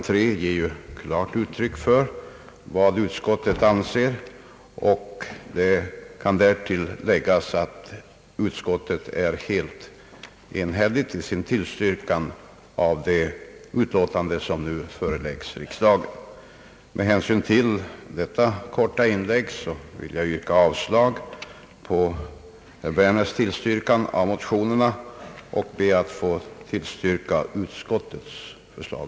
3 ges ju klart uttryck för vad utskottet anser. Därtill kan läggas att utskottet är enhälligt i sin tillstyrkan av det utlåtande som nu föreläggs riksdagen. Med detta korta inlägg vill jag yrka avslag på motionerna och ber att få yrka bifall till utskottets förslag.